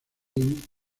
emmy